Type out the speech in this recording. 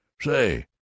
Say